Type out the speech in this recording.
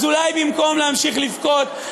אז אולי במקום להמשיך לבכות,